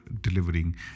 delivering